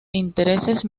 intereses